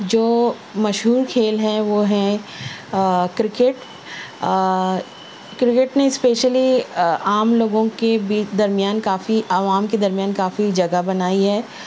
جو مشہور کھیل ہیں وہ ہیں کرکٹ کرکٹ نے اسپیشلی عام لوگوں کے بیچ درمیان کافی عوام کے درمیان کافی جگہ بنائی ہے